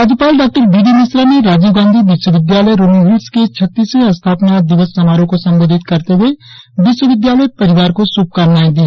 राज्यपाल डॉ B D Mishra ने राजीव गांधी विश्वविद्यालय रोनोहिल्स के छत्तीसवें स्थापना दिवस समारोह को संबोधित करते हुए विश्वविद्यालय परिवार को शुभकामनाएं दी